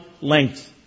length